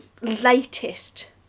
latest